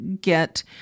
get